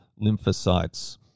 lymphocytes